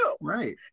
Right